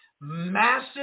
Massive